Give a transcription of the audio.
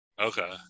Okay